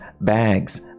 bags